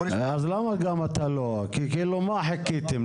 למה חיכיתם?